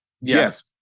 Yes